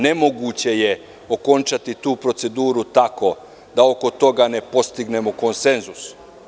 Nemoguće je okončati tu proceduru tako da oko toga ne postignemo konsenzus.